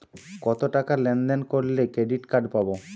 কতটাকা লেনদেন করলে ক্রেডিট কার্ড পাব?